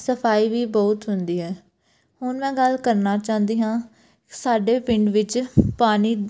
ਸਫਾਈ ਵੀ ਬਹੁਤ ਹੁੰਦੀ ਹੈ ਹੁਣ ਮੈਂ ਗੱਲ ਕਰਨਾ ਚਾਹੁੰਦੀ ਹਾਂ ਸਾਡੇ ਪਿੰਡ ਵਿੱਚ ਪਾਣੀ